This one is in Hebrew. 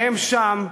והם שם,